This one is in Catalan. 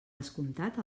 descomptat